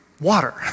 water